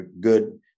good